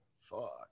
fuck